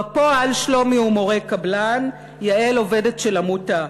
בפועל שלומי הוא מורה קבלן, יעל עובדת של עמותה,